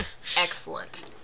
Excellent